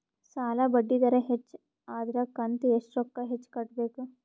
ಸಾಲಾ ಬಡ್ಡಿ ದರ ಹೆಚ್ಚ ಆದ್ರ ಕಂತ ಎಷ್ಟ ರೊಕ್ಕ ಹೆಚ್ಚ ಕಟ್ಟಬೇಕು?